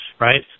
right